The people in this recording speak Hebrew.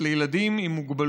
בחינוך הרגיל לילדים עם מוגבלויות